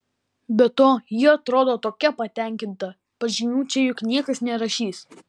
be to ji atrodo tokia patenkinta pažymių čia juk niekas nerašys